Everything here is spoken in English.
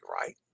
right